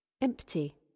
Empty